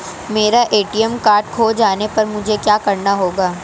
मेरा ATM card खो जाने पर मुझे क्या करना होगा?